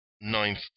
ninth